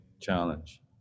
challenge